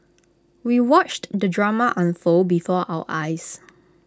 we watched the drama unfold before our eyes